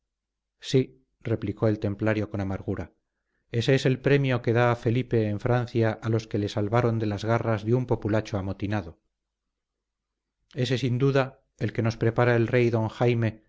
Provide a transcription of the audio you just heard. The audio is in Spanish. sí replicó el templario con amargura ese es el premio que da felipe en francia a los que le salvaron de las garras de un populacho amotinado ese sin duda el que nos prepara el rey don jaime